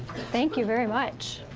thank you very much.